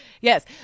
yes